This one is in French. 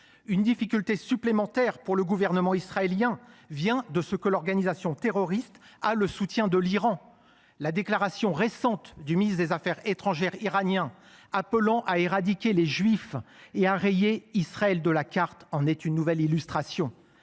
Une difficulté supplémentaire pour le gouvernement israélien vient de ce que l’organisation terroriste a le soutien de l’Iran. La déclaration récente du ministre des affaires étrangères iranien, appelant à éradiquer les juifs et à rayer Israël de la carte, en est une nouvelle illustration.